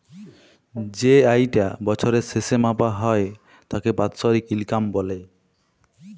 যেই আয়িটা বছরের শেসে মাপা হ্যয় তাকে বাৎসরিক ইলকাম ব্যলে